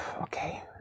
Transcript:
Okay